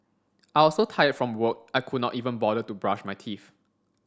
I was so tired from work I could not even bother to brush my teeth